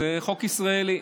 זה חוק ישראלי,